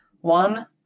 One